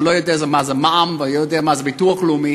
הוא לא יודע מה זה מע"מ ולא יודע מה זה ביטוח לאומי,